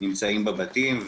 נמצאים בבתים,